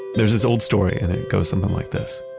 there's this old story and it goes something like this.